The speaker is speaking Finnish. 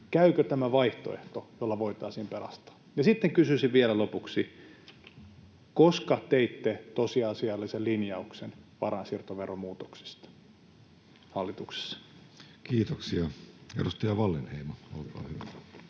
Käykö tämä vaihtoehto, jolla voitaisiin pelastaa? Sitten kysyisin vielä lopuksi: koska teitte tosiasiallisen linjauksen varainsiirtoveromuutoksista hallituksessa? Kiitoksia. — Edustaja Wallinheimo, olkaa hyvä.